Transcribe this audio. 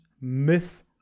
myth